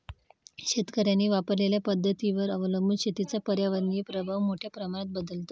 शेतकऱ्यांनी वापरलेल्या पद्धतींवर अवलंबून शेतीचा पर्यावरणीय प्रभाव मोठ्या प्रमाणात बदलतो